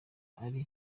ariwe